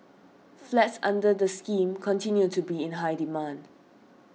flats under the scheme continue to be in high demand